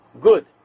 Good